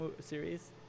series